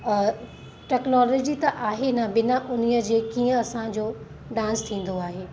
technology त आहे न बिना उन्हीअ के कीअं असांजो डांस थींदो आहे